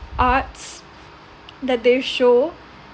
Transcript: arts that they show